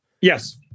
yes